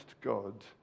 God